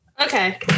Okay